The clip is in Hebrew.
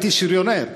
הייתי שריונר,